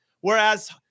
Whereas